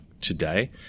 today